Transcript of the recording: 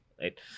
right